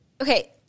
Okay